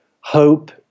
hope